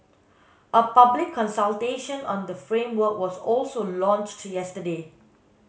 a public consultation on the framework was also launched yesterday